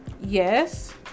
Yes